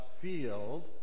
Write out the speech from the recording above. field